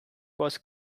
was